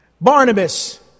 Barnabas